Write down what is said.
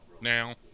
now